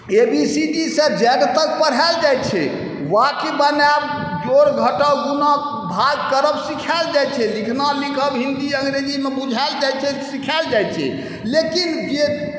ए B C D सँ Z तक पढ़ाएल जाइ छै वाक्य बनाएब जोड़ घटाव गुणा भाग करब सिखाएल जाइ छै लिखना लिखब करब हिन्दी अङ्गरेजीमे बुझाएल जाइ छै सिखाएल जाइ छै लेकिन जे